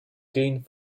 gained